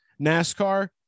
NASCAR